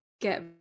get